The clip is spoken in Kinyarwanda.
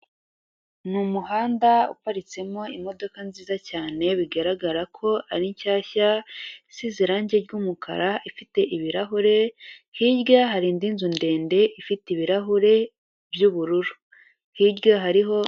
Ni umuhanda paritsemo imodoka nziza cyane bigaragara ko ari shyashya, isize irangi ry'umukara ifite ibirahure hirya hari indi nzu ndende ifite ibirahure by'ubururu hirya hariho.